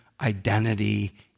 identity